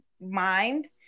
mind